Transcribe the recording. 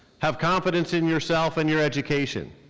have confidence in yourself and your education.